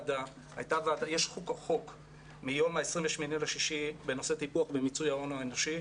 יש חוק מה-28 ליוני בנושא טיפוח ומיצוי ההון האנושי,